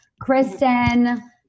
Kristen